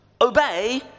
obey